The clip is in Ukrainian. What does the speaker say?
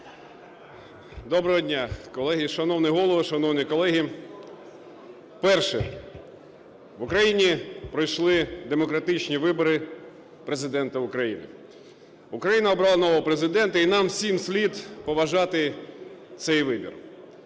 Доброго дня, колеги! Шановний Голово! Шановні колеги! Перше. В Україні пройшли демократичні вибори Президента України. Україна обрала нового Президента і нам всім слід поважати цей вибір.